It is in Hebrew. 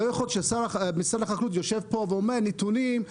לא יכול להיות שמשרד החקלאות יושב פה ואומר נתונים,